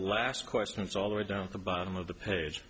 last questions all the way down at the bottom of the page